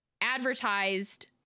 advertised